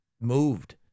moved